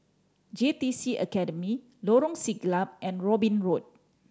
J T C Academy Lorong Siglap and Robin Road